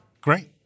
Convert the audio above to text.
Great